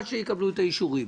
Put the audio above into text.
עד שיקבלו את האישורים.